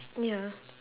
ya